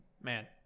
Man